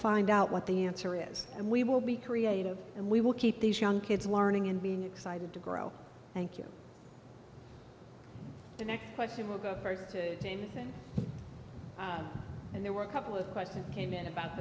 find out what the answer is and we will be creative and we will keep these young kids learning and being excited to grow thank you the next question will go first and there were a couple of questions came in about